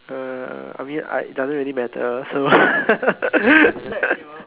uh I mean I it doesn't really matter lah so